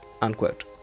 Unquote